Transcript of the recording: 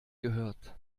gehört